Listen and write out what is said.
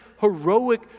heroic